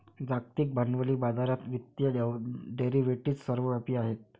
जागतिक भांडवली बाजारात वित्तीय डेरिव्हेटिव्ह सर्वव्यापी आहेत